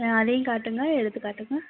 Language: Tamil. ம் அதையும் காட்டுங்கள் எடுத்துக் காட்டுங்கள்